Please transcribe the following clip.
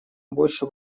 больше